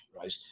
right